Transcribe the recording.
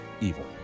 evil